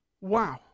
Wow